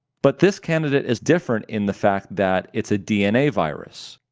but this candidate is different in the fact that it's a dna virus.